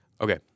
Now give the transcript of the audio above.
Okay